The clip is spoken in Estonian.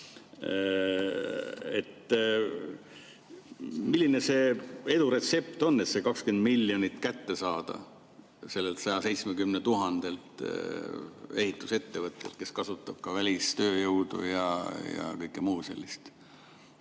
Milline see edu retsept on, et see 20 miljonit kätte saada nendelt 170 000 ehitusettevõttelt, kes kasutavad ka välistööjõudu ja kõike muud sellist?